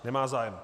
Nemá zájem.